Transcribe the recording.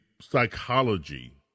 psychology